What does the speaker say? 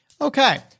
Okay